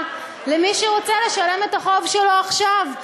למי שרוצה לשלם את החוב שלו עכשיו.